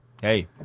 Hey